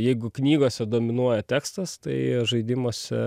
jeigu knygose dominuoja tekstas tai žaidimuose